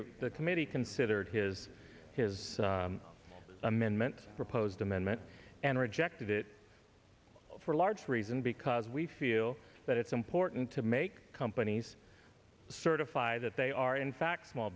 that the committee considered his his amendment proposed amendment and rejected it for large reason because we feel that it's important to make company yes certify that they are in fact small